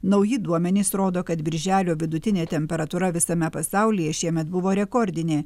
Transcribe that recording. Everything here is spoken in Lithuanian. nauji duomenys rodo kad birželio vidutinė temperatūra visame pasaulyje šiemet buvo rekordinė